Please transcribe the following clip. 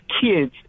kids